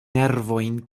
nervojn